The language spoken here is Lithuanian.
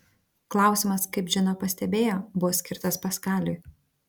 klausimas kaip džina pastebėjo buvo skirtas paskaliui